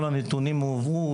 כל הנתונים הועברו,